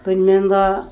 ᱚᱱᱟ ᱛᱤᱧ ᱢᱮᱱᱫᱚ